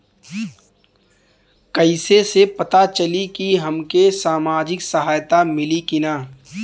कइसे से पता चली की हमके सामाजिक सहायता मिली की ना?